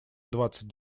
двадцать